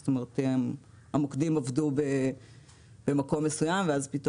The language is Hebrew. זאת אומרת המוקדים עבדו במקום מסוים ואז פתאום